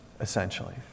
essentially